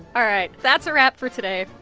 all right. that's a wrap for today.